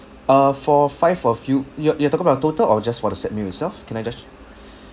uh for five of you you're you're talking about total or just for the set meal itself can I just